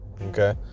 okay